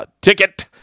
ticket